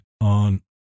on